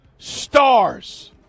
stars